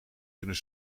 kunnen